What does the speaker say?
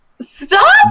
Stop